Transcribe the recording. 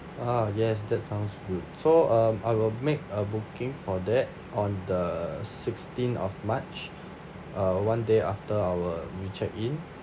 ah yes that sounds good so um I will make a booking for that on the sixteen of march uh one day after our we check in